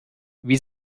wie